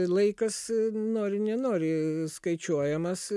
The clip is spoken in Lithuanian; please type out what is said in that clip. laikas nori nenori skaičiuojamas